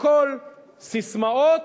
הכול ססמאות,